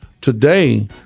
Today